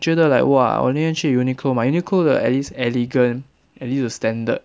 觉得 like !wah! 我宁愿去 uniqlo 买 uniqlo 的 at least elegant at least 有 standard